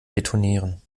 detonieren